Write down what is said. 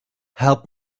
help